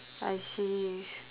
I see